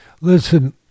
Listen